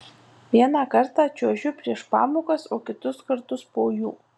vieną kartą čiuožiu prieš pamokas o kitus kartus po jų